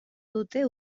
dute